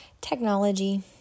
Technology